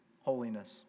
holiness